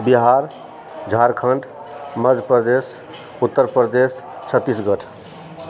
Bihar Jharkhand Madhya Pradesh Uttar Pradesh Chhattisgarh